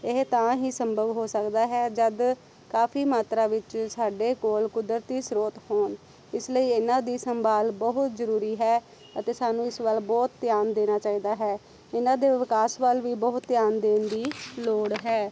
ਇਹ ਤਾਂ ਹੀ ਸੰਭਵ ਹੋ ਸਕਦਾ ਹੈ ਜਦੋਂ ਕਾਫੀ ਮਾਤਰਾ ਵਿੱਚ ਸਾਡੇ ਕੋਲ ਕੁਦਰਤੀ ਸਰੋਤ ਹੋਣ ਇਸ ਲਈ ਇਹਨਾਂ ਦੀ ਸੰਭਾਲ ਬਹੁਤ ਜ਼ਰੂਰੀ ਹੈ ਅਤੇ ਸਾਨੂੰ ਇਸ ਵੱਲ ਬਹੁਤ ਧਿਆਨ ਦੇਣਾ ਚਾਹੀਦਾ ਹੈ ਇਹਨਾਂ ਦੇ ਵਿਕਾਸ ਵੱਲ ਵੀ ਬਹੁਤ ਧਿਆਨ ਦੇਣ ਦੀ ਲੋੜ ਹੈ